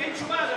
הצבעה.